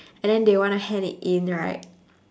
and then they wanna hand it in right